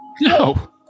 No